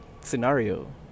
scenario